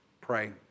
Pray